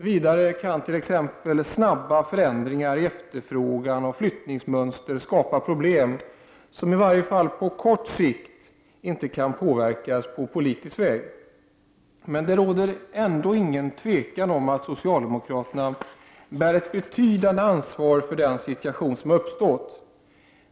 Vidare kan t.ex. snabba förändringar när det gäller efterfrågan och flyttningsmönster skapa problem som i varje fall på kort sikt inte kan påverkas på politisk väg. Men det råder ändå inget tvivel om att social demokraterna bär ett betydande ansvar för den situation som har uppstått.